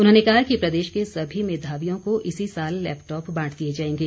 उन्होंने कहा कि प्रदेश के सभी मेधावियों को इसी साल लैपटॉप बांट दिए जाएंगे